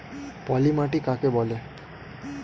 পলি মাটি কাকে বলে?